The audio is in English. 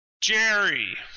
Jerry